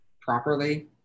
properly